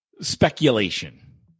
speculation